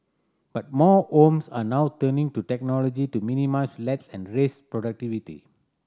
but more homes are now turning to technology to minimise lapse and raise productivity